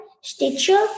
Stitcher